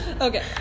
Okay